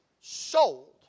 sold